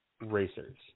racers